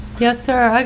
yes, sir. hi.